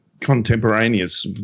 contemporaneous